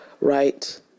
right